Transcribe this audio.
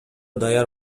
даяр